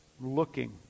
looking